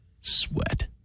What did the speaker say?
sweat